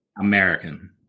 American